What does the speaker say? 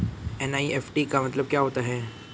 NEFT का मतलब क्या होता है?